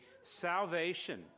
salvation